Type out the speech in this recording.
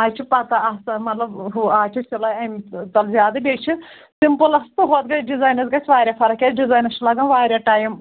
آز چھِ پَتاہ آسان مطلب ہُہ آز چھِ سِلٲے اَمہِ تَل زیادٕ بیٚیہِ چھِ سِمپٕلَس تہٕ ہۄتھ گژھِ ڈِزاینَس گژھِ واریاہ فرق کیٛازِ ڈِزاینَس چھِ لَگَان واریاہ ٹایم